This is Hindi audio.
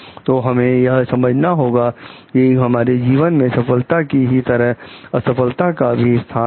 तो हमें यह समझना होगा कि हमारे जीवन में सफलता की ही तरह असफलता का भी स्थान है